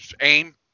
aim